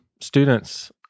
students